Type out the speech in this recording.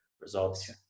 results